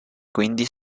quindi